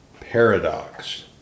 Paradox